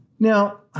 Now